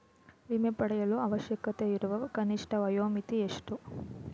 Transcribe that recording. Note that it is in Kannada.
ವಿಮೆ ಪಡೆಯಲು ಅವಶ್ಯಕತೆಯಿರುವ ಕನಿಷ್ಠ ವಯೋಮಿತಿ ಎಷ್ಟು?